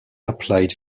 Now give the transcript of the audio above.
applied